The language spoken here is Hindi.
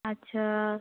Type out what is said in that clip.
अच्छा